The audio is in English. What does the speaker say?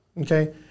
Okay